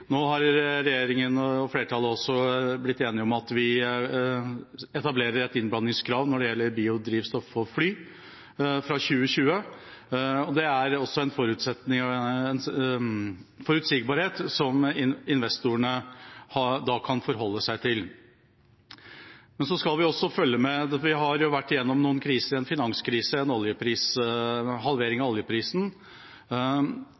Nå har regjeringa og flertallet også blitt enige om at vi etablerer et innblandingskrav når det gjelder biodrivstoff for fly, fra 2020. Det er en forutsigbarhet som investorene kan forholde seg til. Vi skal også følge med. Vi har vært gjennom noen kriser – en finanskrise, en halvering